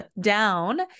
down